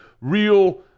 real